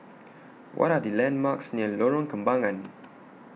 What Are The landmarks near Lorong Kembangan